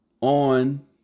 on